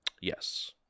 Yes